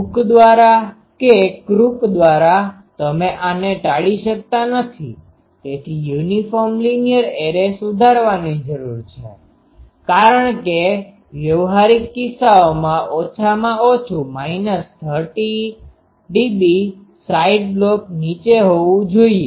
hook દ્વારા કે crook દ્વારા તમે આને ટાળી શકતા નથી તેથી યુનિફોર્મ લીનીયર એરે સુધારવાની જરૂર છે કારણ કે વ્યવહારિક કિસ્સાઓમાં ઓછામાં ઓછું 30dB સાઇડ લોબ નીચે હોવું જોઈએ